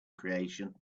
creation